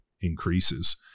increases